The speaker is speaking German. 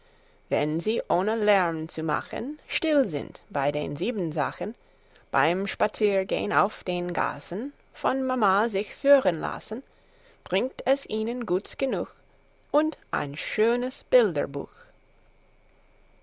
wenn sie ohne lärm zu machen still sind bei den siebensachen beim spaziergehn auf den gassen von mama sich führen lassen bringt es